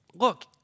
look